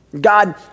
God